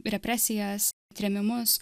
represijas trėmimus